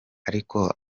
ariko